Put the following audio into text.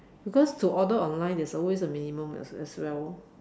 because to order online there's always a minimum as as well